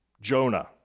Jonah